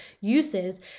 uses